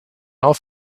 auf